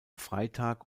freitag